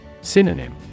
Synonym